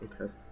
Okay